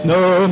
no